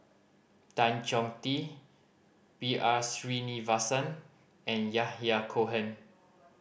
Tan Chong Tee B R Sreenivasan and Yahya Cohen